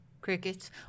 Crickets